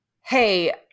hey